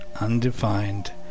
undefined